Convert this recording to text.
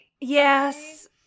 Yes